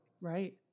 Right